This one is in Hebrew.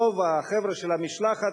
רוב החבר'ה של המשלחת,